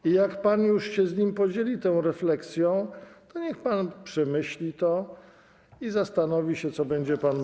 I jak pan już się z nim podzieli tą refleksją, to niech pan przemyśli to i zastanowi się, co będzie pan mówił.